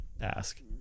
ask